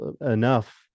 enough